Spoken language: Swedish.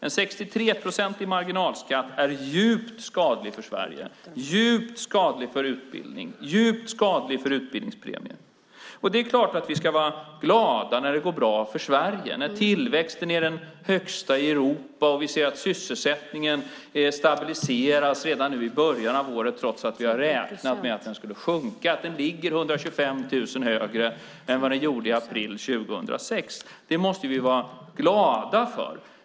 En 63-procentig marginalskatt är djupt skadlig för Sverige, djupt skadlig för utbildning och djupt skadlig för utbildningspremier. Det är klart att vi ska vara glada när det går bra för Sverige, när tillväxten är den högsta i Europa och sysselsättningen stabiliseras redan i början av året, trots att vi räknat med att den skulle sjunka. Den ligger 125 000 högre än den gjorde i april 2006. Det måste vi vara glada för.